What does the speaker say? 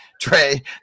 Trey